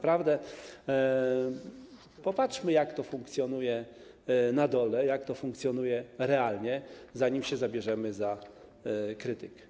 Popatrzmy, jak to funkcjonuje na dole, jak to funkcjonuje realnie, zanim się zabierzemy za krytykę.